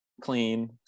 clean